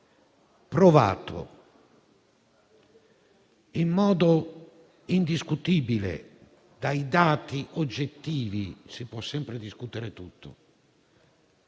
provato in modo indiscutibile dai dati oggettivi - si può sempre discutere tutto